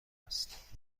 است